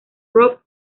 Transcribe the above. rock